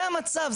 זה המצב,